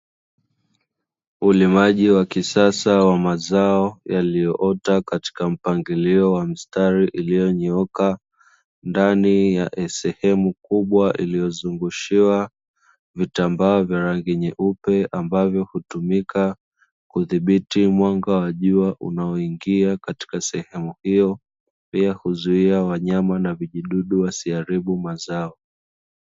Ulimaji wa kisasa wa mazao yaliyoota katika mpangilio wa mstari ilionyooka, ndani ya sehemu kubwa iliyozungushiwa vitambaa vya rangi nyeupe ambavyo hutumika kudhibiti mwanga wa jua unaoingia katika sehemu hiyo, pia huzuia wanyama na vijidudu wasiharibu mazao.